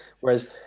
whereas